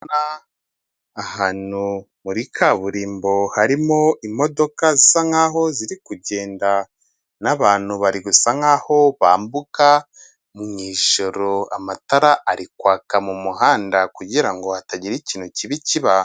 Ahantu muri kaburimbo harimo imodoka zisa nkaho ziri kugenda n'abantu barasa nkaho bambuka mu ijoro, amatara ari kwaka mu muhanda kugirango hatagira ikintu kibi kibaho.